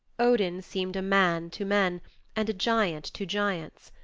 odin seemed a man to men and a giant to giants.